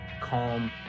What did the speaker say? calm